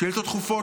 שאילתות דחופות,